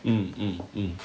mm mm